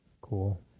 cool